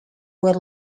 were